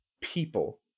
people